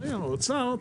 אומרים לאוצר,